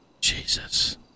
jesus